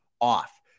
off